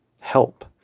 help